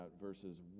verses